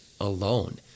alone